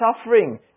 suffering